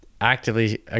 actively